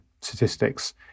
statistics